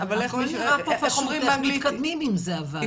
איך אומרים באנגלית,